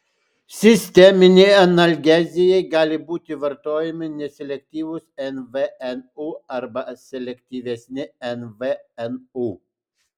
sisteminei analgezijai gali būti vartojami neselektyvūs nvnu arba selektyvesni nvnu